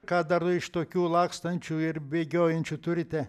ką darai iš tokių lakstančių ir bėgiojančių turite